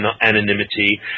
anonymity